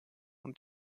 und